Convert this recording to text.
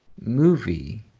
movie